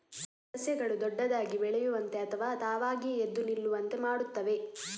ಸಸ್ಯಗಳು ದೊಡ್ಡದಾಗಿ ಬೆಳೆಯುವಂತೆ ಅಥವಾ ತಾವಾಗಿಯೇ ಎದ್ದು ನಿಲ್ಲುವಂತೆ ಮಾಡುತ್ತವೆ